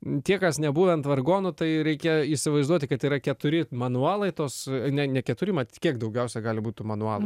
tie kas nebuvę ant vargonų tai reikia įsivaizduoti kad tai yra keturi manuolaitos ne ne keturi matyt kiek daugiausiai gali būt tų manualų